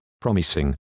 promising